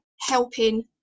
helping